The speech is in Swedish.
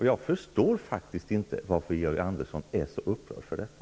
Jag förstår inte varför Georg Andersson är så upprörd för detta.